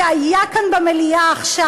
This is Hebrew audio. אבל מה שהיה כאן במליאה עכשיו,